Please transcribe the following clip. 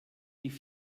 die